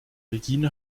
regine